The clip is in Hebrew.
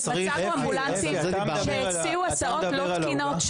שמצאנו אמבולנסים שהסיעו הסעות לא תקינות,